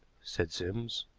said sims.